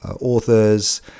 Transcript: authors